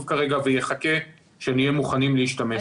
כרגע ויחכה שנהיה מוכנים להשתמש בו.